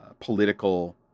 political